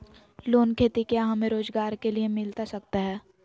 Loan खेती क्या हमें रोजगार के लिए मिलता सकता है?